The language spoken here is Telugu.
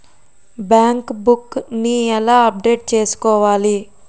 బ్యాంక్ బుక్ నీ ఎలా అప్డేట్ చేసుకోవాలి?